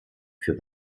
für